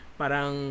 parang